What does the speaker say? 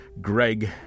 Greg